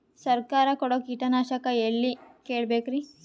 ಸರಕಾರ ಕೊಡೋ ಕೀಟನಾಶಕ ಎಳ್ಳಿ ಕೇಳ ಬೇಕರಿ?